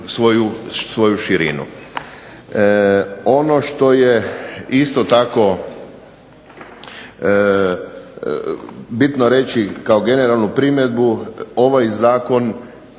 svoju širinu. Ono što je isto tako bitno reći kao generalnu primjedbu ovaj zakon